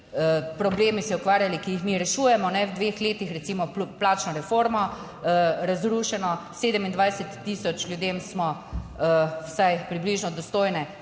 problemi, se ukvarjali, ki jih mi rešujemo v dveh letih, recimo plačno reformo razrušeno, 27000 ljudem smo vsaj približno dostojne